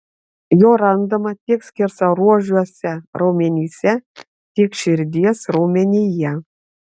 jo randama tiek skersaruožiuose raumenyse tiek širdies raumenyje